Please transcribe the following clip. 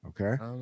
Okay